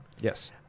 Yes